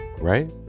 right